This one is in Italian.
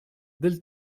del